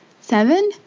seven